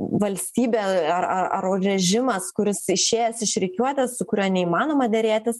valstybė ar ar ar režimas kuris išėjęs iš rikiuotės su kuriuo neįmanoma derėtis